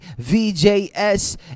VJS